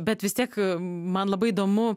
bet vis tiek man labai įdomu